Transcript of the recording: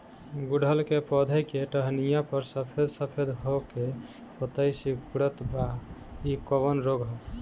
गुड़हल के पधौ के टहनियाँ पर सफेद सफेद हो के पतईया सुकुड़त बा इ कवन रोग ह?